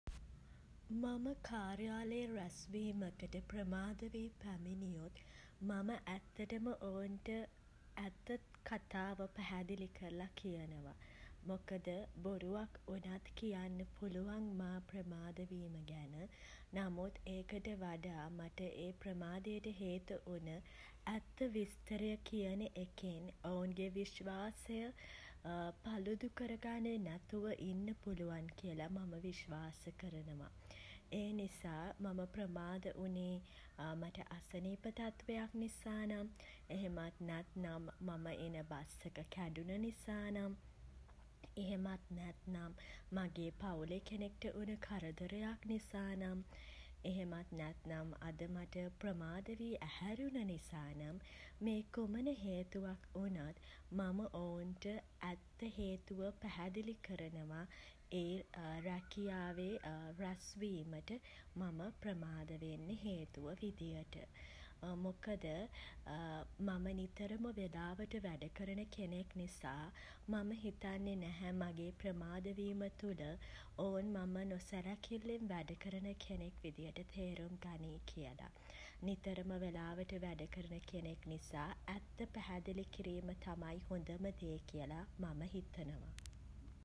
මම කාර්යාලයේ රැස්වීමකට ප්‍රමාද වී පැමිණියොත් මම ඇත්තටම ඔවුන්ට ඇත්ත කතාව පැහැදිළි කරලා කියනවා. මොකද බොරුවක් වුණත් කියන්න පුළුවන් මා ප්‍රමාද වීම ගැන නමුත් ඒකට වඩා මට ඒ ප්‍රමාදයට හේතු වුණ ඇත්ත විස්තරය කියන එකෙන් ඔවුන්ගේ විශ්වාසය පළුදු කරගන්නේ නැතුව ඉන්න පුළුවන් කියලා මම විශ්වාස කරනවා. ඒ නිසා මම ප්‍රමාද වුණේ මට අසනීප තත්වයක් නිසා නම් එහෙමත් නැත්නම් මම එන බස් එක කැඩුණ නිසා නම් එහෙමත් නැත්නම් මගේ පවුලේ කෙනෙක්ට වුණ කරදරයක් නිසා නම් එහෙමත් නැත්නම් අද මට ප්‍රමාද වී ඇහැරුණ නිසා නම් මේ කුමන හේතුවක් වුණත් මම ඔවුන්ට ඇත්ත හේතුව පැහැදිලි කරනවා ඒ රැකියාවේ රැස්වීමට මම ප්‍රමාද වෙන්න හේතුව විදියට. මොකද මම නිතරම වෙලාවට වැඩ කරන කෙනෙක් නිසා මම හිතන්නේ නැහැ මගේ ප්‍රමාද වීම තුළ ඔවුන් මම නොසැලකිල්ලෙන් වැඩ කරන කෙනෙක් විදියට තේරුම් ගනී කියලා. නිතරම වෙලාවට වැඩ කරන කෙනෙක් නිසා ඇත්ත පැහැදිළි කිරීම තමයි හොඳම දේ කියලා මම හිතනවා.